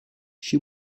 she